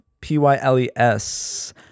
P-Y-L-E-S